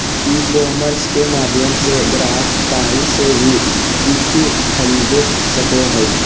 ई commerce के माध्यम से ग्राहक काही से वी कूचु खरीदे सको हइ